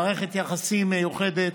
מערכת יחסים מיוחדת.